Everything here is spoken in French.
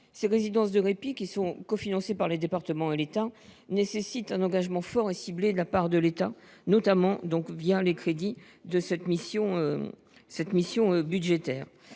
Ces résidences de répit, qui sont cofinancées par les départements et l’État, nécessitent un engagement fort et ciblé de la part de l’État, notamment les crédits de cette mission budgétaire.